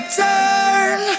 turn